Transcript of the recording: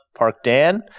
ParkDan